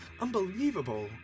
unbelievable